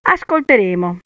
Ascolteremo